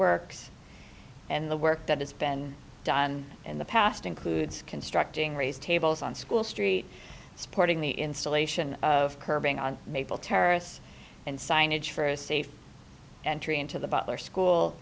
works and the work that has been done in the past includes constructing raised tables on school street supporting the installation of curbing on maple terrace and signage for a safe entry into the butler school